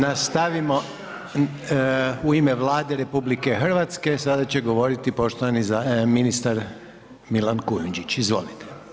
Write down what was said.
Nastavimo, u ime Vlade RH, sada će govoriti poštovani ministar Milan Kujundžić, izvolite.